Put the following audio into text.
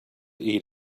eat